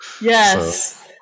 yes